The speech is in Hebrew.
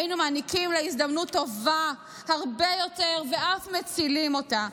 היינו מעניקים לה הזדמנות טובה הרבה יותר ואף מצילים אותה,